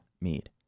Mead